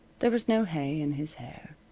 there was no hay in his hair.